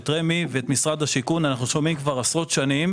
את רמ"י ואת משרד השיכון אנחנו שומעים כבר עשרות שנים,